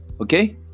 Okay